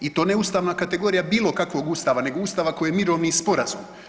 I to ne ustavna kategorija bilo kakvog ustava, nego ustava koji je mirovni sporazum.